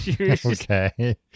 Okay